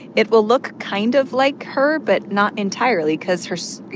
it will look kind of like her but not entirely because her so you